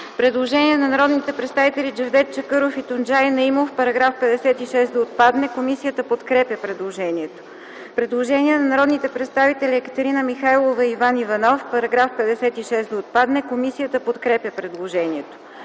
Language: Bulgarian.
Предложение от народните представители Джевдет Чакъров и Тунджай Наимов -§ 68 да отпадне. Комисията подкрепя предложението. Предложение от народните представители Екатерина Михайлова и Иван Иванов -§ 68 да отпадне. Комисията подкрепя предложението.